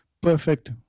perfect